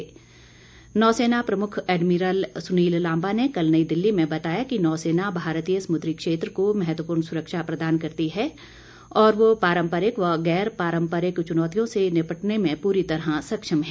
इस उपलक्ष्य पर नौसेना प्रमुख एडमिरल सुनील लांबा ने कल नई दिल्ली में बताया कि नौसेना भारतीय समुद्दी क्षेत्र को महत्वपूर्ण सुरक्षा प्रदान करती है और वह पारंपरिक व गैर पारंपरिक चुनौतियों से निपटने में पूरी तरह सक्षम है